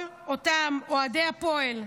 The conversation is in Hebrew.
כל אותם אוהדי הפועל,